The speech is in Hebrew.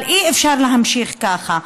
אבל אי-אפשר להמשיך ככה.